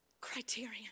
criterion